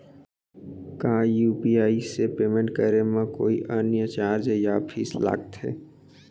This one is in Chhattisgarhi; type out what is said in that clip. का यू.पी.आई से पेमेंट करे म कोई अन्य चार्ज या फीस लागथे?